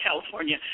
California